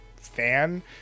fan